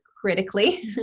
critically